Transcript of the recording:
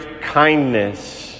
kindness